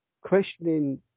questioning